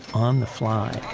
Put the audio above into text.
on the fly